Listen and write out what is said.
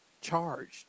charged